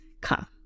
come